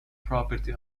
property